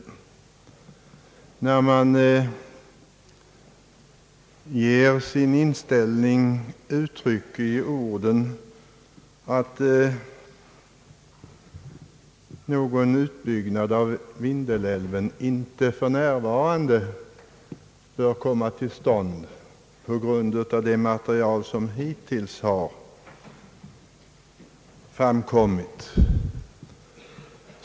Det föreligger dock tydligen olika meningar inom utskottet beträffande innebörden av utskottets inställning när den tar sig uttryck i orden, »att någon utbyggnad av Vindelälven inte för närvarande bör komma till stånd på grund av det material som hittills har framkommit».